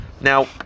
now